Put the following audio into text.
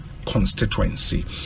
constituency